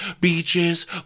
beaches